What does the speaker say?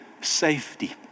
safety